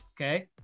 Okay